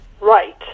right